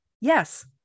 yes